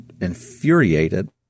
infuriated